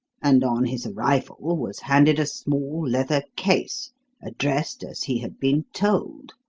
and on his arrival was handed a small leather case addressed as he had been told.